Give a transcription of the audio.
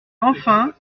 enfin